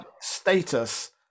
status